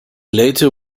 later